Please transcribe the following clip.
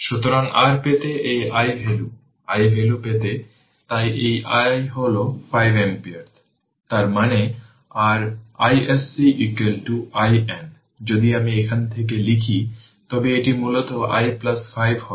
এখন r পেতে এই i ভ্যালু i ভ্যালু পেতে তাই এই হল 5 অ্যাম্পিয়ার তার মানে r iSC IN যদি আমি এখান থেকে লিখি তবে এটি মূলত i 5 হবে তাই আমাকে i পেতে হবে